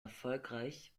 erfolgreich